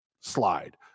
slide